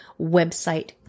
website